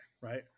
right